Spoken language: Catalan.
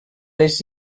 les